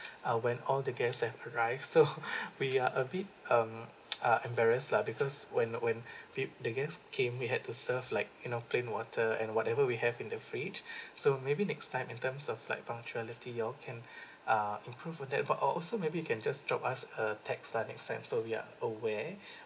uh when all the guests have arrived so we are a bit um uh embarrassed lah because when when the guest came we had the serve like you know plain water and whatever we have in the fridge so maybe next time in terms of like punctuality y'all can uh improve with that but oh also maybe you can just drop us a text lah next time so we are aware